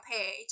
Page